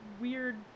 weird